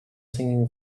singing